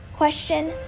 Question